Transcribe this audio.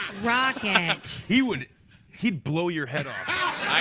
pratt he would he'd bow your head off.